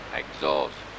exhaust